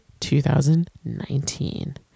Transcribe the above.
2019